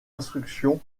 instruction